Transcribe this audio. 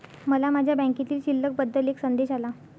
मला माझ्या बँकेतील शिल्लक बद्दल एक संदेश आला